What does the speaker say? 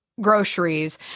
groceries